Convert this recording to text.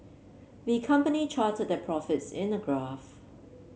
the company charted their profits in a graph